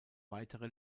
weitere